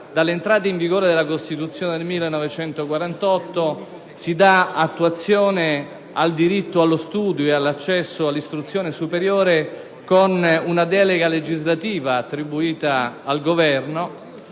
dall'entrata in vigore della Costituzione del 1948, si dà attuazione al diritto allo studio e all'accesso all'istruzione superiore con una delega legislativa attribuita al Governo,